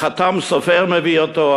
החת"ם סופר מביא אותו,